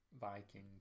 viking